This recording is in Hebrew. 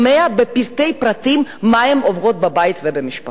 בפרטי פרטים מה הן עוברות בבית ובמשפחה.